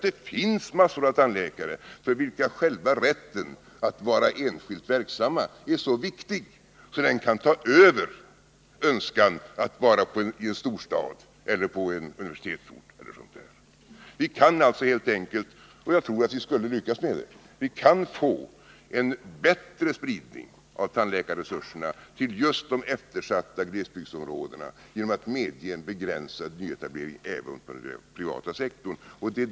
Det finns många tandläkare för vilka själva rätten att vara enskilt verksamma är så viktig att den kan ta över önskan att vara i en storstad, på en universitetsort o.d. Vi kan alltså — och jag tror att vi skulle lyckas med det — få en bättre spridning av tandläkarresurserna i just de eftersatta glesbygdsområdena genom att medge en begränsad nyetablering även på den privata sektorn.